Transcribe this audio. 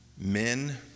men